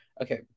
okay